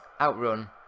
outrun